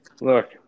Look